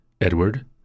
Edward